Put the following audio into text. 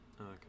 Okay